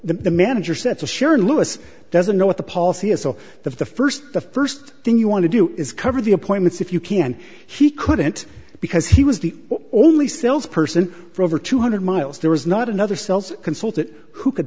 the manager said to sharon lewis doesn't know what the policy is so that the first the first thing you want to do is cover the appointments if you can he couldn't because he was the only sales person for over two hundred miles there was not another cells consultant who could